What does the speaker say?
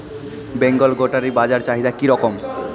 বেঙ্গল গোটারি বাজার চাহিদা কি রকম?